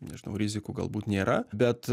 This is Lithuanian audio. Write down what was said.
nežinau rizikų galbūt nėra bet